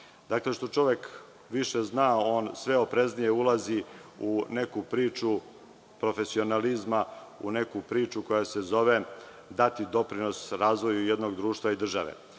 Dakle, što čovek više zna on sve opreznije ulazi u neku priču profesionalizma, u neku priču koja se zove dati doprinos razvoju jednog društva i države. Što